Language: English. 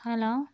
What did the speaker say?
hello